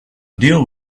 deal